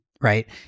right